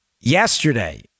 Yesterday